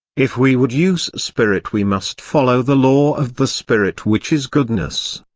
if we would use spirit we must follow the law of the spirit which is goodness.